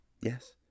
Yes